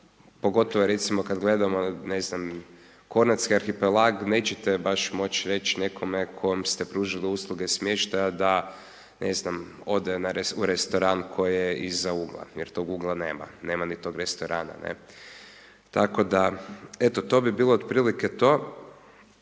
recimo kad gledamo kornatski arhipelag nećete baš moći reć nekome kome ste pružili usluge smještaja da ne znam, ode u restoran koji iza ugla, jer toga ugla nema, nema ni toga restorana. Tako da eto to bi bilo otprilike to.